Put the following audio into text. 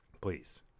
please